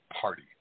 Party